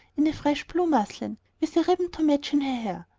in a fresh blue muslin, with a ribbon to match in her hair,